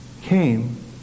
came